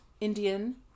Indian